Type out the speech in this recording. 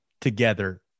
together